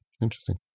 Interesting